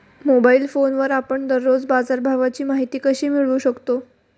Mobile फोनवर आपण दररोज बाजारभावाची माहिती कशी मिळवू शकतो?